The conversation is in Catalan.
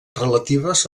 relatives